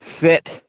fit